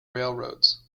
railroads